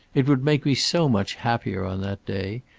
it would make me so much happier on that day.